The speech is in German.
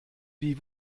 wie